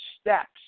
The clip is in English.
steps